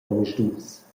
omisdus